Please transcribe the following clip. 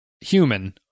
human